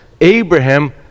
Abraham